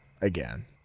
again